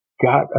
got